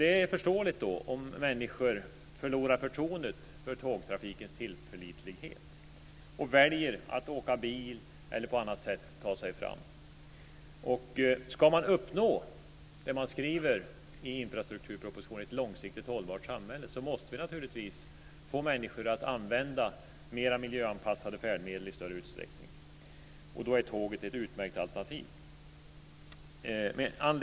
Det är förståeligt om människor då förlorar förtroendet för tågtrafikens tillförlitlighet och väljer att åka bil eller att på annat sätt ta sig fram. Om man ska uppnå skrivningen i infrastrukturpropositionen om ett långsiktigt hållbart samhälle måste människor i större utsträckning använda mer miljöanpassade färdmedel. Då är tåget ett utmärkt alternativ.